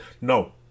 No